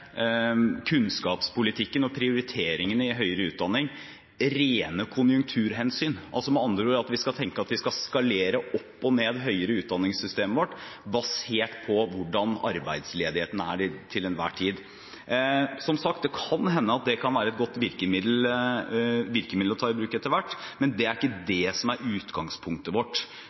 høyere utdanningssystemet vårt opp og ned, basert på hvordan arbeidsledigheten er til enhver tid. Som sagt, det kan hende at det kan være et godt virkemiddel å ta i bruk etter hvert, men det er ikke